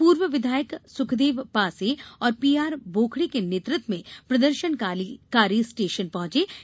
पूर्व विधायक सुखदेव पासे और पीआर बोड़खे के नेतृत्व में प्रदर्शनकारी स्टेशन पहुंचे थे